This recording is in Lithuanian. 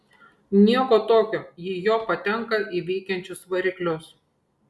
nieko tokio jei jo patenka į veikiančius variklius